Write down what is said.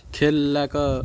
खेल लए कऽ